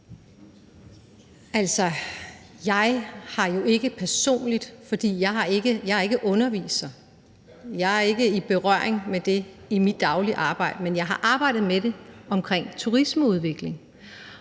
jeg jo ikke personligt, for jeg er ikke underviser; jeg er ikke i berøring med det i mit daglige arbejde. Men jeg har arbejdet med det i forhold til turismeudvikling,